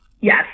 Yes